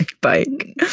bike